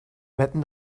wetten